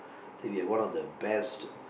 so if you have one of the best